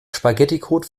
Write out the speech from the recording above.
spaghetticode